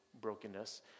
brokenness